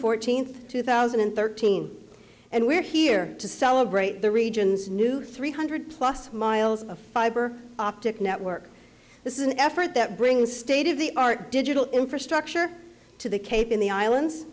fourteenth two thousand and thirteen and we're here to celebrate the region's new three hundred plus miles of fiber optic network this is an effort that brings state of the art digital infrastructure to the cape in the islands